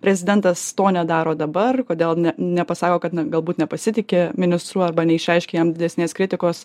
prezidentas to nedaro dabar kodėl ne nepasako kad na galbūt nepasitiki ministru arba neišreiškia jam didesnės kritikos